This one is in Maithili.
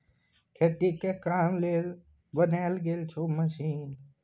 खेती के काम लेल बनाएल गेल छै मशीन